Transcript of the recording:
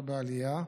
לא בעלייה: